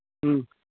हँ